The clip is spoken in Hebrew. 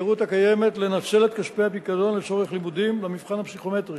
האפשרות הקיימת לנצל את כספי הפיקדון לצורך לימודים והמבחן הפסיכומטרי